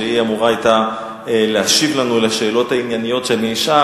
שהיא אמורה היתה להשיב לנו על השאלות הענייניות שאני אשאל.